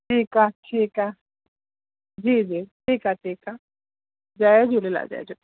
ठीकु आहे ठीकु आहे जी जी ठीकु आहे ठीकु आहे जय झूलेलाल जय झूलेलाल